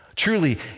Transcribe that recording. Truly